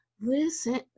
listen